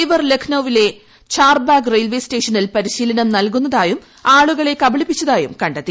ഇവർ ലഖ്നൌവിലെ ഛാർബാഗ് റെയിൽവേസ്റ്റേഷ്ട്രിൽ പരിശീലനം നൽകുന്നതായും ആളുകളെ കബളിപ്പിച്ചതായും കണ്ടെത്തി